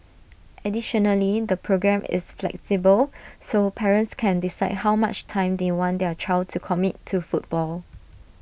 additionally the programme is flexible so parents can decide how much time they want their child to commit to football